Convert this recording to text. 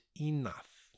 enough